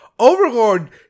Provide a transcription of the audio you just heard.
overlord